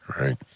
Right